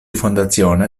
fondazione